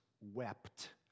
wept